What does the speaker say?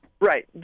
Right